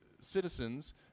citizens